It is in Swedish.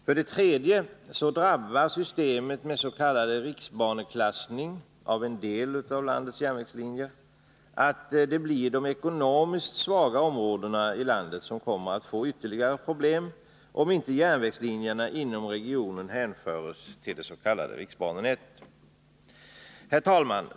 För det tredje medför systemet med s.k. riksbaneklassning av en del järnvägslinjer att de ekonomiskt svaga områdena i landet får ytterligare problem, om inte järnvägslinjerna inom regionen hänförs till det s.k. riksbanenätet. Herr talman!